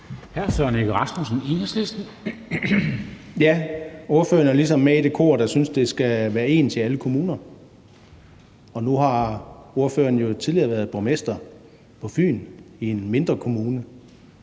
16:53 Søren Egge Rasmussen (EL): Ordføreren er ligesom med i det kor, der synes, at det skal være ens i alle kommuner. Nu har ordføreren jo tidligere været borgmester i en mindre kommune